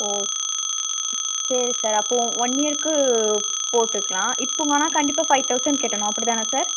ஓ சரி சார் அப்போ ஒன் இயர்க்கு போட்டுக்கலாம் இப்போ ஆனால் கண்டிப்பாக ஃபைவ் தொளசண்ட் கட்டணும் அப்படி தானே சார்